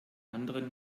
anderen